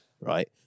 right